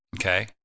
okay